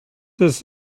does